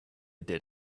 did